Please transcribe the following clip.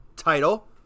title